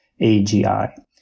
AGI